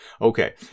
Okay